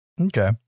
Okay